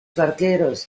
barqueros